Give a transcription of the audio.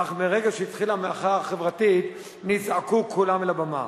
אך מרגע שהתחילה המחאה החברתית נזעקו כולם לבמה.